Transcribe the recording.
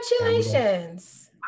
Congratulations